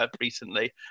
recently